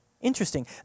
Interesting